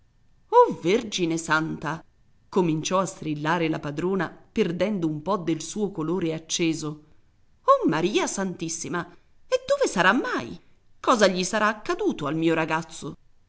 oh vergine santa cominciò a strillare la padrona perdendo un po del suo colore acceso oh maria santissima e dove sarà mai cosa gli sarà accaduto al mio ragazzo